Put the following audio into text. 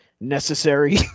necessary